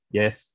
yes